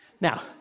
Now